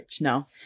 No